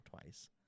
twice